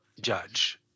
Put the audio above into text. judge